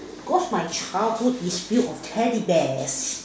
cause my childhood is filled of teddy bears